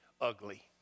ugly